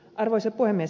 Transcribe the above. arvoisa puhemies